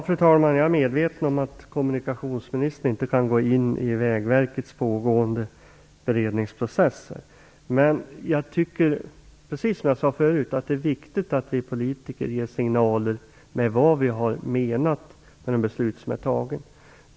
Fru talman! Jag är medveten om att kommunikationsministern inte kan gå in i Vägverkets pågående beredningsprocess. Men jag tycker, precis som jag sade förut, att det är viktigt att vi politiker ger signaler om vad vi har menat med de beslut som har fattats.